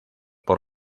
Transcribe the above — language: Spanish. por